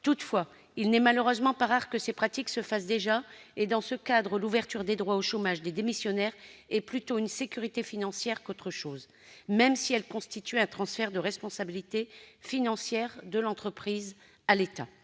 Toutefois, il n'est malheureusement pas rare que ces pratiques se fassent déjà et, dans ce cadre, l'ouverture des droits au chômage des démissionnaires est plutôt une sécurité financière qu'autre chose, même si elle constitue un transfert de responsabilité financière de l'entreprise à l'État.